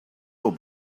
will